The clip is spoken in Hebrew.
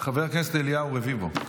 חבר הכנסת אליהו רביבו.